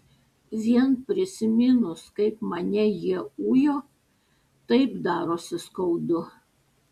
vien prisiminus kaip mane jie ujo taip darosi skaudu